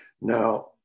Now